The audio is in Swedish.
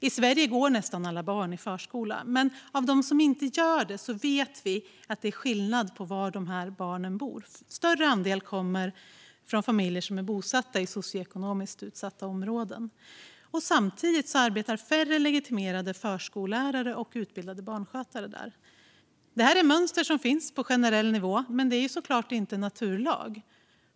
I Sverige går nästan alla barn i förskolan, men bland dem som inte gör det är det skillnad på var de bor. En större andel kommer från familjer som är bosatta i socioekonomiskt utsatta områden. Samtidigt arbetar färre legitimerade förskollärare och utbildade barnskötare där. Det är ett generellt mönster men såklart ingen naturlag.